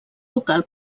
local